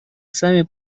сами